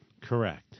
correct